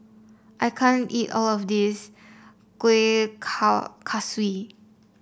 I can't eat all of this Kueh Kaswi